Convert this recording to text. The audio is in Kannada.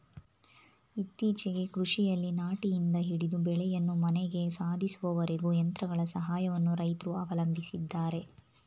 ಇತ್ತೀಚೆಗೆ ಕೃಷಿಯಲ್ಲಿ ನಾಟಿಯಿಂದ ಹಿಡಿದು ಬೆಳೆಯನ್ನು ಮನೆಗೆ ಸಾಧಿಸುವವರೆಗೂ ಯಂತ್ರಗಳ ಸಹಾಯವನ್ನು ರೈತ್ರು ಅವಲಂಬಿಸಿದ್ದಾರೆ